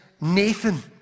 Nathan